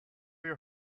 your